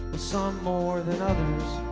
some more than others